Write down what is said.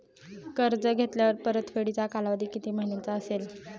कर्ज घेतल्यावर परतफेडीचा कालावधी किती महिन्यांचा असेल?